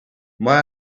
may